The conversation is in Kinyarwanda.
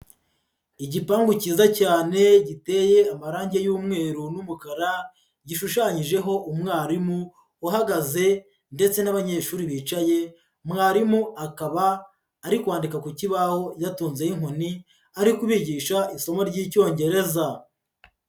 Igipangu cyiza cyane giteye amarangi y'umweru n'umukara, gishushanyijeho umwarimu uhagaze ndetse n'abanyeshuri bicaye, mwarimu akaba ari kwandika ku kibaho yatunzeho inkoni, ari kubigisha isomo ry'Icyongereza.